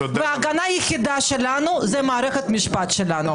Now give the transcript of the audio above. וההגנה היחידה שלנו זה מערכת המשפט שלנו.